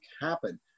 happen